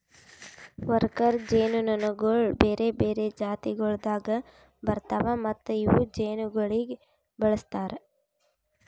worker ಜೇನುನೊಣಗೊಳ್ ಬೇರೆ ಬೇರೆ ಜಾತಿಗೊಳ್ದಾಗ್ ಬರ್ತಾವ್ ಮತ್ತ ಇವು ಜೇನುಗೊಳಿಗ್ ಬಳಸ್ತಾರ್